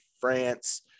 france